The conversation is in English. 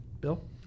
Bill